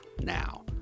now